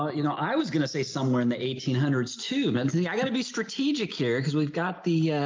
you know, i was going to say somewhere in the eighteen hundreds to mentally, i gotta be strategic here cause we've got the, ah,